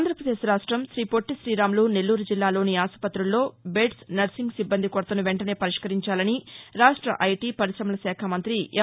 ఆంధ్రాపదేశ్ రాష్టం శీపొట్టి శీరాములు నెల్లూరు జిల్లాలోని ఆసుపుతుల్లో బెద్స్ నర్సింగ్ సిబ్బంది కొరతను వెంటనే పరిష్కరించాలని రాష్ట ఐటీ పరిశమల శాఖ మంతి ఎం